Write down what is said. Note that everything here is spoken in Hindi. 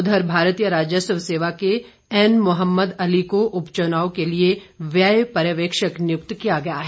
उधर भारतीय राजस्व सेवा के एन मोहम्मद अली को उप चुनाव के लिए व्यय पर्यवेक्षक नियुक्त किया गया है